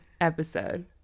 episode